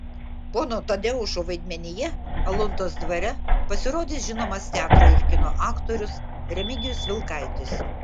pono tadeušo vaidmenyje aluntos dvare pasirodys žinomas teatro ir kino aktorius remigijus vilkaitis